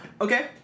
Okay